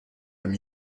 some